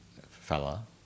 fella